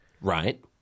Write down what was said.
Right